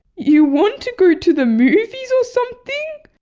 you want to go to the movies or something?